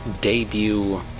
debut